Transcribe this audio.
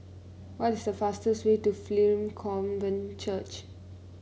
what is the fastest way to Pilgrim Covenant Church